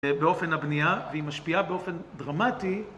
באופן הבנייה והיא משפיעה באופן דרמטי